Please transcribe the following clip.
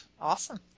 Awesome